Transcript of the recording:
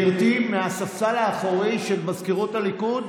גברתי מהספסל האחורי של מזכירות הליכוד,